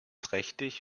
trächtig